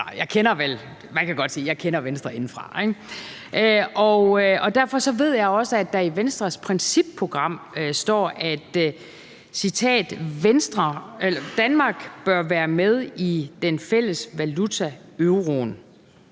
Venstrekender – man kan godt sige, at jeg kender Venstre indefra, ikke? – og derfor ved jeg også, at der i Venstres principprogram står, at »Danmark bør være med i den fælles valuta, Euro’en